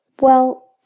Well